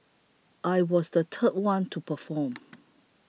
I was the third one to perform